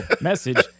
message